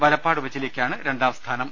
വലപ്പാട് ഉപജില്ലക്കാണ് രണ്ടാംസ്ഥാനം